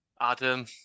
Adam